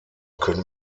können